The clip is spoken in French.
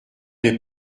des